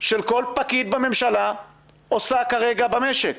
של כל פקיד עושה כרגע במשק.